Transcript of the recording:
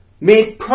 Made